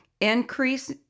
Increase